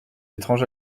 étrange